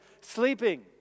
sleeping